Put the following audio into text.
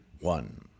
one